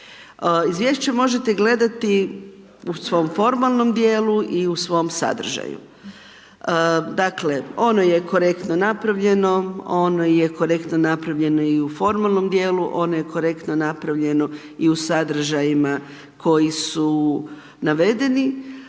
Izvješće možete gledati u svom formalnom djelu i u svom sadržaju. Dakle, ono je korektno napravljeno, ono je korektno napravljeno i u formalnom djelu, ono je korektno napravljeno i sadržajima koji su navedeni,